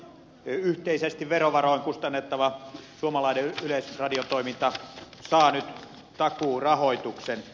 yhteisesti verovaroin kustannettava suomalainen yleisradiotoiminta saa nyt takuurahoituksen